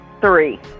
three